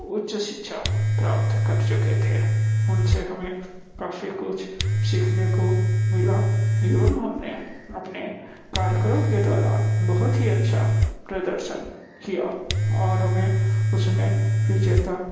उच्च शिक्षा प्राप्त कर चुके थे उनसे हमें काफी कुछ सीखने को मिला एवं हमने अपने कार्यक्रम के दौरान बहुत ही अच्छा प्रदर्शन किया और हमें उसमें विजेता